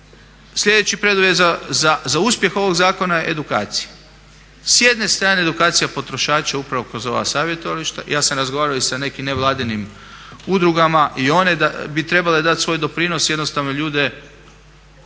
sljedeći preduvjet za uspjeh ovog zakona je edukacija. S jedne strane edukacija potrošača upravo kroz ova savjetovališta. Ja sam razgovarao i sa nekim nevladinim udrugama i one bi trebale dati svoj doprinos, jednostavno ljudima